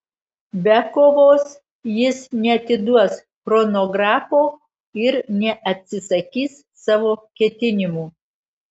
be kovos jis neatiduos chronografo ir neatsisakys savo ketinimų